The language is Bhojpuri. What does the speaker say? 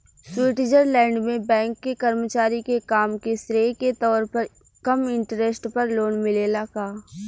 स्वीट्जरलैंड में बैंक के कर्मचारी के काम के श्रेय के तौर पर कम इंटरेस्ट पर लोन मिलेला का?